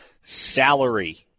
Salary